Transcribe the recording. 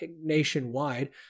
nationwide